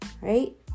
right